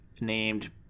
named